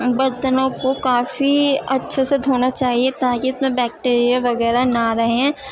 برتنوں کو کافی اچھے سے دھونا چاہیے تاکہ اس میں بیکٹیریا وغیرہ نہ رہیں